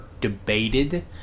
debated